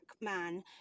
man